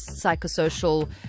psychosocial